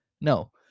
No